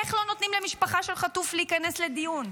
איך לא נותנים למשפחה של חטוף להיכנס לדיון?